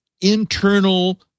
internal